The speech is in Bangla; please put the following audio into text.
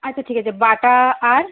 আচ্ছা ঠিক আছে বাটা আর